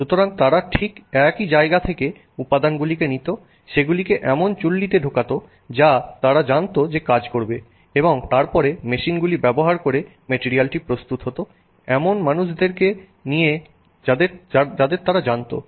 সুতরাং তারা ঠিক একই জায়গা থেকে উপাদানগুলি নিত সেগুলিকে এমন চুল্লিতে ঢোকাতো যা তারা জানত যে কাজ করবে এবং তারপরে মেশিনগুলি ব্যবহার করে মেটিরিয়ালটি প্রস্তুত করতো এমন মানুষদের নিয়ে যাদের তারা জানতো